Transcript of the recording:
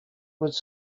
was